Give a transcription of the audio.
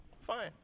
fine